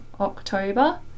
October